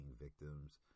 victims